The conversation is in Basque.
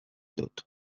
dut